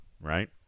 right